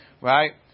Right